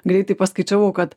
greitai paskaičiavau kad